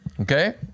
Okay